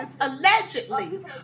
allegedly